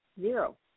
zero